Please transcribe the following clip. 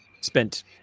spent